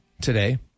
today